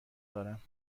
دارم